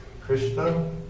Krishna